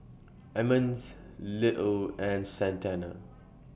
Emmons Little and Santana